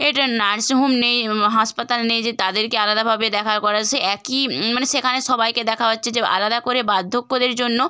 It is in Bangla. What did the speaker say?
এর নার্সিংহোম নেই হাসপাতাল নেই যে তাঁদেরকে আলাদাভাবে দেখা করা সে একই মানে সেখানে সবাইকে দেখা হচ্ছে যে আলাদা করে বার্ধক্যদের জন্য